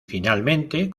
finalmente